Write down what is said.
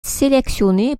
sélectionnée